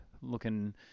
looking